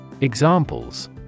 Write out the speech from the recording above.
Examples